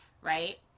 Right